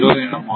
மற்றும் ஆகும்